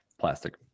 plastic